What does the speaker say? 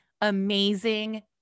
amazing